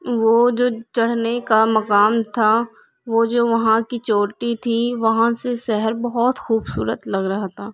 وہ جو چڑھنے کا مقام تھا وہ جو وہاں کی چوٹی تھی وہاں سے شہر بہت خوبصورت لگ رہا تھا